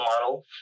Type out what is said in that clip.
model